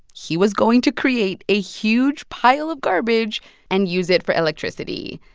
he was going to create a huge pile of garbage and use it for electricity.